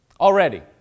Already